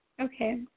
Okay